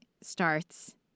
starts